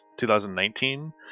2019